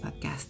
podcast